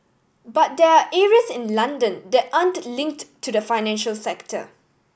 but there are areas in London that aren't linked to the financial sector